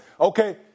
Okay